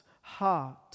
heart